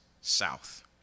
south